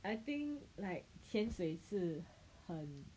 I think like 潜水是很